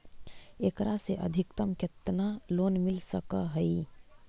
एकरा से अधिकतम केतना लोन मिल सक हइ?